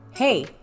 Hey